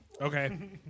Okay